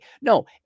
No